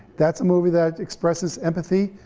that's a movie that expresses empathy,